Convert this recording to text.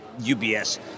UBS